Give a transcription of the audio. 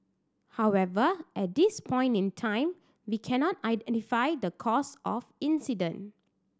however at this point in time we cannot identify the cause of incident